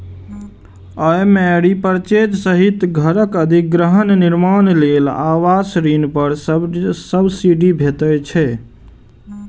अय मे रीपरचेज सहित घरक अधिग्रहण, निर्माण लेल आवास ऋण पर सब्सिडी भेटै छै